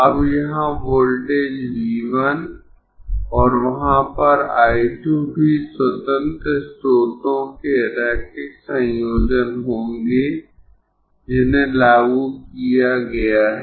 अब यहाँ voltage V 1 और वहाँ पर I 2 भी स्वतंत्र स्रोतों के रैखिक संयोजन होंगें जिन्हें लागू किया गया है